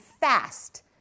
fast